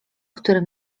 który